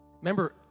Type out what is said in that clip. Remember